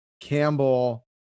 campbell